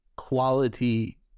Quality